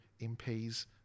MPs